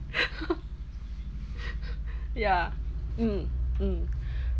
ya mm mm